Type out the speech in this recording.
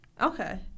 Okay